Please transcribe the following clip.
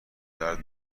درد